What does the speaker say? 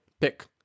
pick